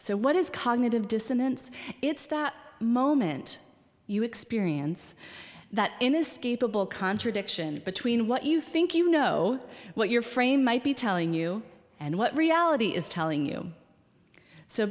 so what is cognitive dissonance it's that moment you experience that inescapable contradiction between what you think you know what your frame might be telling you and what reality is telling you so